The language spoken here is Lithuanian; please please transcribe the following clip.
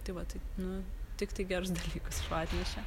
tai vat tai nu tiktai gerus dalykus atnešė